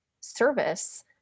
service